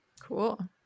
cool